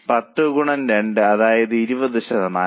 10 ഗുണം 2 അതായത് 20 ശതമാനം